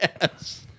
Yes